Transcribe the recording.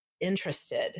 interested